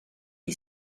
les